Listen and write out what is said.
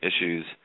issues